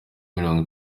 mirongo